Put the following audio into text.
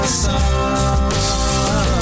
sun